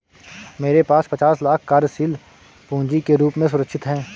मेरे पास पचास लाख कार्यशील पूँजी के रूप में सुरक्षित हैं